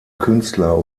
künstler